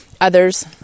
Others